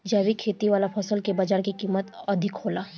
जैविक खेती वाला फसल के बाजार कीमत अधिक होला